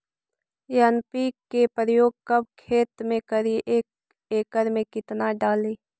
NPK प्रयोग कब खेत मे करि एक एकड़ मे कितना डाली?